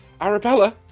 Arabella